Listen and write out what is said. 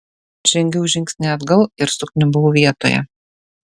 žengiau žingsnį atgal ir sukniubau vietoje